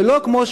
ולא כמו,